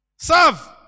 Serve